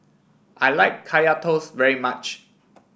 I like Kaya Toast very much